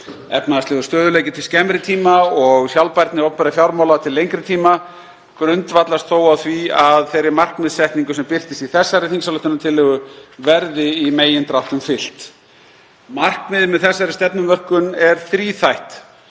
Efnahagslegur stöðugleiki til skemmri tíma og sjálfbærni opinberra fjármála til lengri tíma grundvallast þó á því að þeirri markmiðssetningu sem birtist í þessari þingsályktunartillögu verði í megindráttum fylgt. Markmiðið með þessari stefnumörkun er þríþætt.